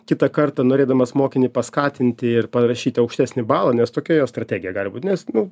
kitą kartą norėdamas mokinį paskatinti ir parašyti aukštesnį balą nes tokia jo strategija gali būt nes nu